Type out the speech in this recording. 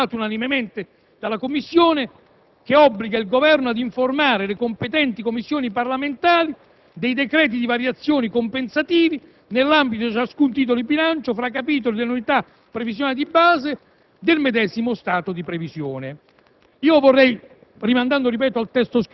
che come relatore ho proposto un emendamento, approvato dalla Commissione, che obbliga il Governo ad informare le competenti Commissioni parlamentari dei decreti di variazione compensativi nell'ambito di ciascun titolo di bilancio tra capitoli delle unità previsionali di base del medesimo stato di previsione.